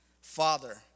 Father